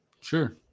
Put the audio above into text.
Sure